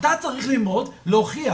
אתה צריך ללמוד ולהוכיח".